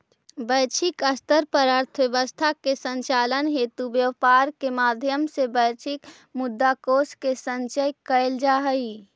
वैश्विक स्तर पर अर्थव्यवस्था के संचालन हेतु व्यापार के माध्यम से वैश्विक मुद्रा कोष के संचय कैल जा हइ